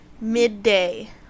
midday